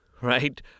right